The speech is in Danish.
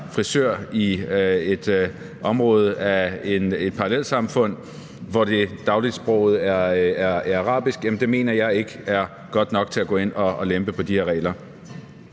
frisør i et område af et parallelsamfund, hvor dagligsproget er arabisk, så mener jeg ikke, det er godt nok til at gå ind og lempe på de her regler.